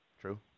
True